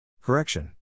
Correction